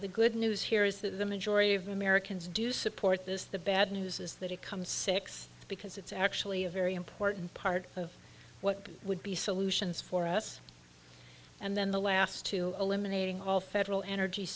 the good news here is that the majority of americans do support this the bad news is that it comes six because it's actually a very important part of what would be solutions for us and then the last two eliminating all federal energy